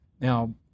Now